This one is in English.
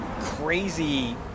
crazy